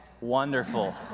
Wonderful